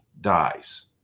dies